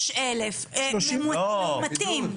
36,000 מאומתים.